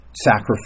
sacrifice